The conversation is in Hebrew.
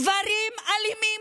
גברים אלימים,